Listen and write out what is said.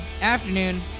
afternoon